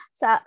sa